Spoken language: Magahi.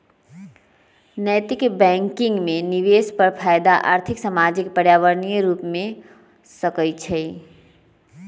नैतिक बैंकिंग में निवेश पर फयदा आर्थिक, सामाजिक, पर्यावरणीय रूपे हो सकइ छै